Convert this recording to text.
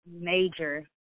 major